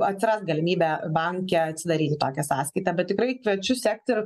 atsiras galimybė banke atsidaryti tokią sąskaitą bet tikrai kviečiu sekti ir